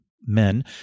men